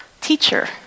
teacher